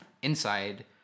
Inside